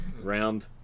Round